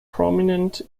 prominent